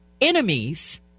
enemies